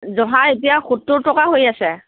জহা এতিয়া সত্তৰ টকা হৈ আছে